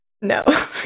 No